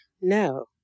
no